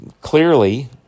clearly